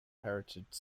heritage